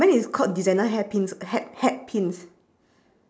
mine is called designer hairpins hat hat pins